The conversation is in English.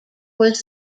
was